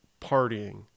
partying